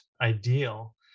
ideal